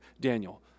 Daniel